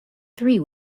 three